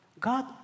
God